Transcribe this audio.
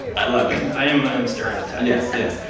i love it and i am my own stereotype yes, yes.